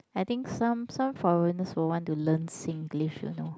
I think some some foreigners will want to learn Singlish you know